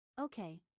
Okay